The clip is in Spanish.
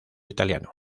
italiano